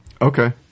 Okay